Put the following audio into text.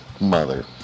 mother